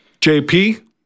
JP